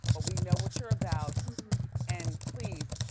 but we know what you're about and please,